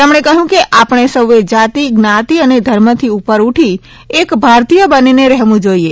તેમણે કહ્યું કે આપણે સૌએ જાતિ જ્ઞાતિ અને ધર્મથી ઉપર ઉઠી એક ભારતીય બનીને રહેવું જોઇએ